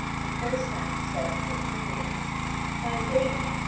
the first time she said to her privily my lady,